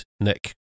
Nick